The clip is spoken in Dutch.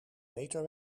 beter